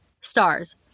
stars